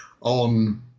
on